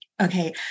Okay